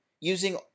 using